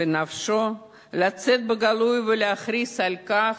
בנפשו לצאת בגלוי ולהכריז על כך,